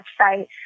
website